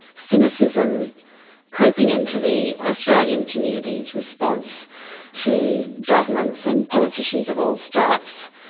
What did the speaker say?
cynicism creeping into the australian community's response to governments and politicians of all stripes.